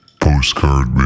postcard